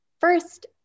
First